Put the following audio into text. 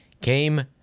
came